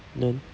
then